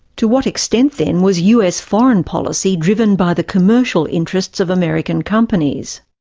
to what extent then was us foreign policy driven by the commercial interests of american companies?